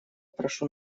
прошу